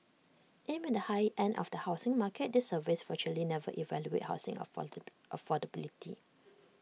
aimed at the high end of the housing market these surveys virtually never evaluate housing affordability